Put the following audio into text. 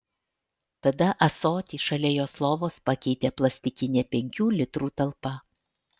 tada ąsotį šalia jos lovos pakeitė plastikinė penkių litrų talpa